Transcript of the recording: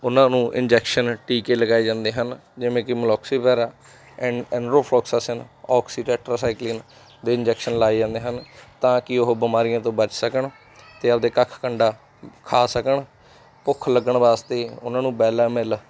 ਉਹਨਾਂ ਨੂੰ ਇੰਜੈਕਸ਼ਨ ਟੀਕੇ ਲਗਾਏ ਜਾਂਦੇ ਹਨ ਜਿਵੇਂ ਕਿ ਮਲੋਕਸੀਵੈਰਾ ਐਂਨ ਐਂਨਰੋਫੋਕਸਾਸਿਨ ਓਕਸੀਟੈਟਰਾ ਸਾਈਕਲਿਨ ਦੇ ਇੰਜੈਕਸ਼ਨ ਲਾਏ ਜਾਂਦੇ ਹਨ ਤਾਂ ਕਿ ਉਹ ਬਿਮਾਰੀਆਂ ਤੋਂ ਬਚ ਸਕਣ ਅਤੇ ਆਪਦੇ ਕੱਖ ਕੰਡਾ ਖਾ ਸਕਣ ਭੁੱਖ ਲੱਗਣ ਵਾਸਤੇ ਉਹਨਾਂ ਨੂੰ ਬੈਲਾਮਿਲ